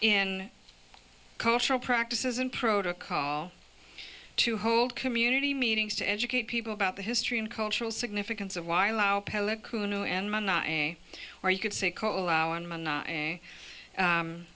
in cultural practices and protocol to hold community meetings to educate people about the history and cultural significance of why allow qunu and a where you could say